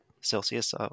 Celsius